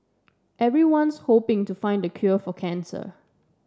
everyone's hoping to find the cure for cancer